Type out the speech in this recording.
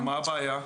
מה הבעיה?